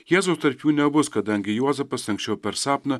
jėzaus tarp jų nebus kadangi juozapas anksčiau per sapną